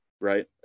right